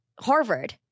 Harvard